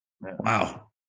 Wow